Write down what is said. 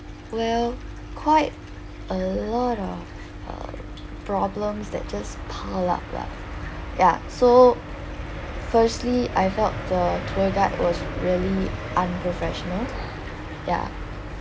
well quite a lot of uh problems that just piled up lah ya so firstly I felt the tour guide was really unprofessional ya